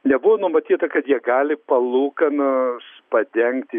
nebuvo numatyta kad jie gali palūkanas padengti